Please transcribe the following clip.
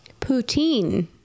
poutine